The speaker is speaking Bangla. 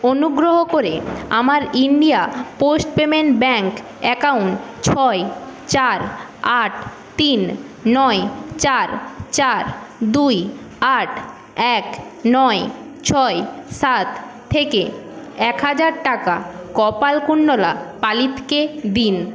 অনুগ্রহ করে আমার India post payments bank account ছয় চার আট তিন নয় চার চার দুই আট এক নয় ছয় সাত থেকে এক হাজার টাকা কপালকুণ্ডলা পালিতকে দিন